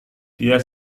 dia